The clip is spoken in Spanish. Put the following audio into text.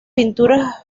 pinturas